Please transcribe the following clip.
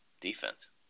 defense